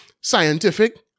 scientific